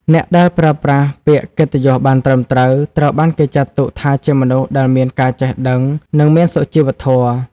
អ្នកដែលប្រើប្រាស់ពាក្យកិត្តិយសបានត្រឹមត្រូវ ត្រូវបានគេចាត់ទុកថាជាមនុស្សដែលមានការចេះដឹង និងមានសុជីវធម៌។